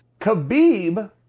Khabib